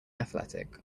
athletic